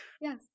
Yes